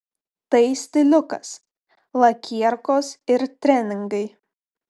tai stiliukas lakierkos ir treningai